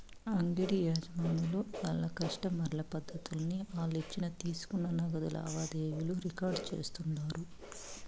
అంగిడి యజమానులు ఆళ్ల కస్టమర్ల పద్దుల్ని ఆలిచ్చిన తీసుకున్న నగదు లావాదేవీలు రికార్డు చేస్తుండారు